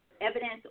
evidence